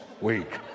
week